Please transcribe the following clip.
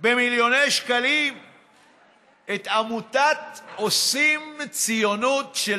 במיליוני שקלים את עמותת עושים ציונות של